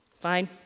Fine